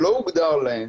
שלא הוגדר להם